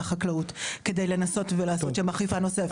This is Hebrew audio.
החקלאות כדי לנסות ולעשות כאן אכיפה נוספת.